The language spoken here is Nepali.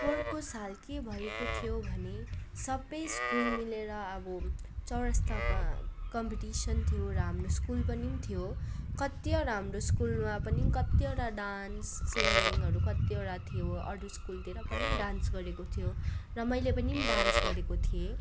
पोहोरको साल के भएको थियो भने सबै स्कुल मिलेर अब चर्चतर्फ कम्पिटिसन थियो र हाम्रो स्कुल पनि थियो कतिवटा हाम्रो स्कुलमा पनि कतिवटा डान्स सिङ्गिङहरू कतिवटा थियो अरू स्कुलतिर पनि डान्स गरेको थियो र मैले पनि डान्स गरेको थिएँ